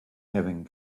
having